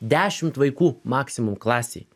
dešimt vaikų maksimum klasėj